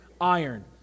iron